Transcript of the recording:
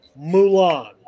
Mulan